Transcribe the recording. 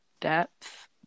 depth